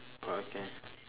okay